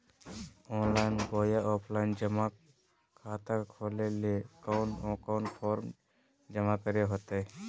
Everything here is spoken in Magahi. ऑनलाइन बोया ऑफलाइन जमा खाता खोले ले कोन कोन फॉर्म जमा करे होते?